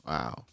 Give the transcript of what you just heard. Wow